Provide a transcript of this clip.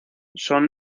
son